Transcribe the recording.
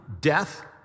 death